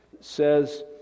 says